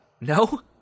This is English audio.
No